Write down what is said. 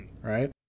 right